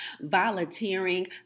volunteering